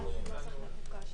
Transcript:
הישיבה נעולה.